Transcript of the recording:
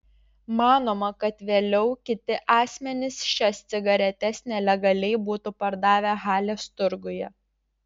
manoma kad vėliau kiti asmenys šias cigaretes nelegaliai būtų pardavę halės turguje